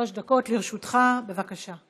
שלוש דקות לרשותך, בבקשה.